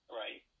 right